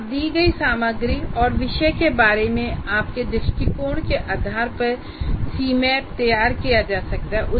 आप दी गई सामग्री और विषय के बारे में आपके दृष्टिकोण के आधार पर सीमैप तैयार किया जा सकता है